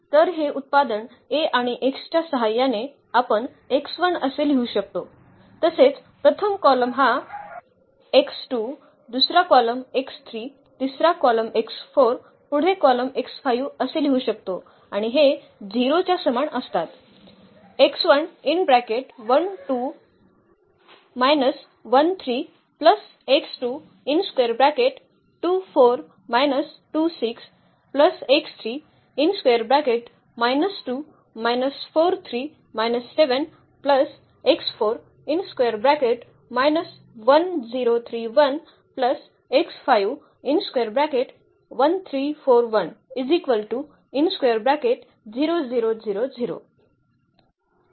तर हे उत्पादन A आणि x च्या सहाय्याने आपण असे लिहू शकतो तसेच प्रथम कॉलम हा दुसरा कॉलम तिसरा कॉलम पुढे कॉलम असे लिहू शकतो आणि हे 0 च्या समान असतात